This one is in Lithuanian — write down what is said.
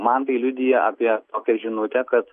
man tai liudija apie tokią žinutę kad